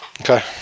Okay